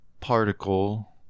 particle